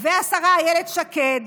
והשרה אילת שקד